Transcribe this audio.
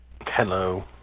Hello